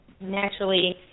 naturally